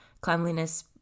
cleanliness